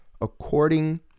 according